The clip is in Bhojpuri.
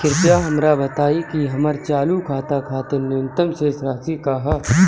कृपया हमरा बताइं कि हमर चालू खाता खातिर न्यूनतम शेष राशि का ह